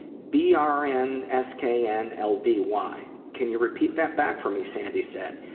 b r n s k n l d y. can you repeat that back for me? sandy said.